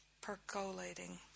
percolating